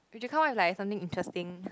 we should come up with like something interesting